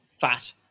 fat